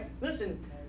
Listen